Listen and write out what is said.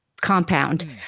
compound